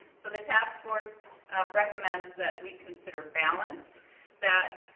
so, the task force recommends that we consider balance that